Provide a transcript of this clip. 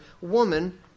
woman